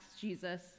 Jesus